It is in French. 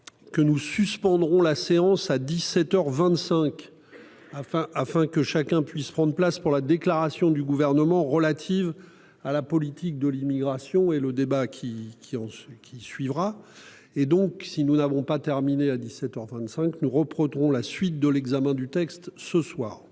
Que nous suspendrons la séance à 17h 25 afin, afin que chacun puisse prendre place pour la déclaration du gouvernement relative à la politique de l'immigration et le débat qui, qui, en ce qui suivra. Et donc si nous n'avons pas terminé à 17h 25. Nous reprendrons la suite de l'examen du texte ce soir.--